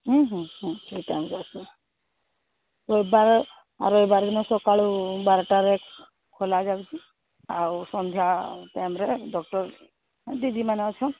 ହୁଁ ହୁଁ ସେଇ ଟାଇମ୍ରେ ଆସ ରବିବାର ରବିବାର ଦିନ ସକାଳୁ ବାରଟାରେ ଖୋଲା ଯାଉଛି ଆଉ ସନ୍ଧ୍ୟା ଟାଇମରେେ ଡକ୍ଟର ଦିଦି ମାନେ ଅଛନ୍ତି